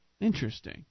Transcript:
Interesting